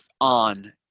on